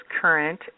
current